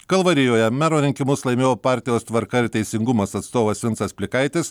kalvarijoje mero rinkimus laimėjo partijos tvarka ir teisingumas atstovas vincas plikaitis